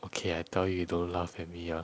okay I tell you you don't laugh at me ah